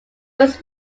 was